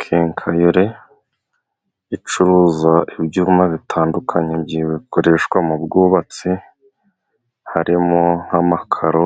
Kenkayore icuruza ibyuma bitandukanye bikoreshwa mu bwubatsi, harimo nk'amakaro,